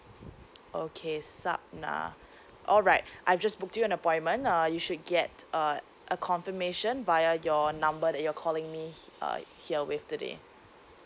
okay supna alright I've just booked you an appointment uh you should get uh a confirmation via your number that you're calling me uh here with today